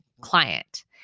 client